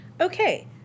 Okay